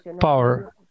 power